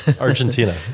Argentina